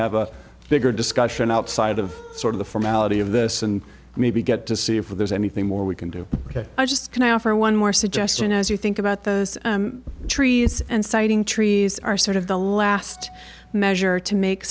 have a bigger discussion outside of sort of the formality of this and maybe get to see if there's anything more we can do ok i just can i offer one more suggestion as you think about those trees and siting trees are sort of the last measure to make